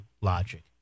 logic